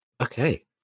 Okay